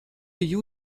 die